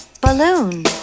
Balloon